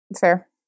Fair